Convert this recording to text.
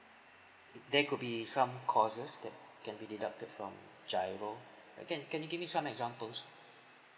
there could be some costs that can be deducted from GIRO uh can can you give me some examples